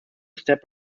step